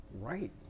Right